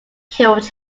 killed